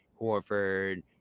Horford